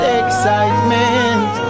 excitement